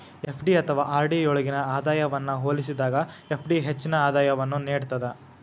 FD ಅಥವಾ RD ಯೊಳ್ಗಿನ ಆದಾಯವನ್ನ ಹೋಲಿಸಿದಾಗ ಎಫ್.ಡಿ ಹೆಚ್ಚಿನ ಆದಾಯವನ್ನು ನೇಡ್ತದ